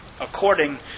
according